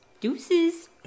Deuces